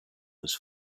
was